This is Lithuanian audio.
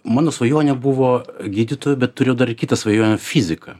mano svajonė buvo gydytoju bet turėjau dar ir kitą svajonę fiziką